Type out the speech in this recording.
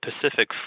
Pacific